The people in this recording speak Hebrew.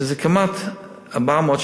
שזה כמעט 400,